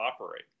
operate